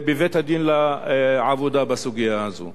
בבית-הדין לעבודה, בסוגיה הזו.